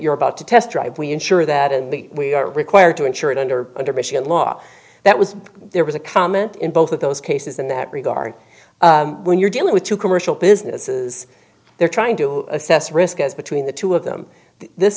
you're about to test drive we insure that in the we are required to insure it under under michigan law that was there was a comment in both of those cases in that regard when you're dealing with two commercial businesses they're trying to assess risk as between the two of them this